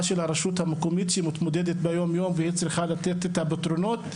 של הרשות המקומית שמתמודדת ביומיום והיא צריכה לתת את הפתרונות.